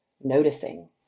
noticing